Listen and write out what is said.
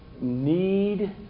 need